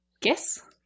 guess